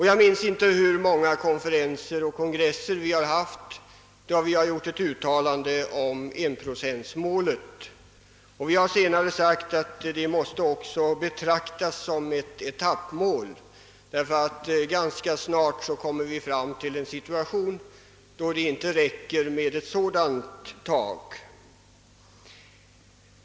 Jag minns inte hur många konferenser och kongresser som vi har haft vid vilka vi gjort uttalanden om enprocentmålet. Vi bar också sagt att det måste betraktas som ett etappmål, ty ganska snart hamnar vi i en situation där detta inte räcker.